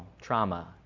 trauma